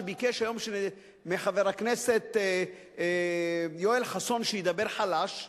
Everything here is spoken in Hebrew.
שביקש היום מחבר הכנסת יואל חסון שידבר חלש,